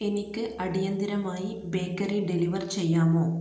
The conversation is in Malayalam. എനിക്ക് അടിയന്തരമായി ബേക്കറി ഡെലിവർ ചെയ്യാമോ